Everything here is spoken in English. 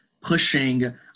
pushing